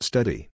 Study